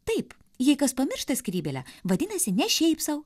taip jei kas pamiršta skrybėlę vadinasi ne šiaip sau